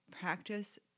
practice